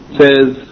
says